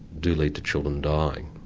do lead to children dying,